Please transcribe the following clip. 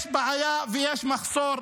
יש בעיה ויש מחסור.